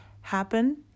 happen